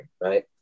right